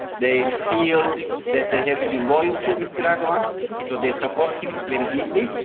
they feel that they have to be loyal to mr. erdogan so they support him very deeply.